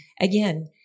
again